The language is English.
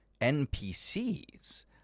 npcs